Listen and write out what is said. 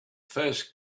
first